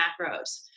macros